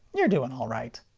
you're doing alright.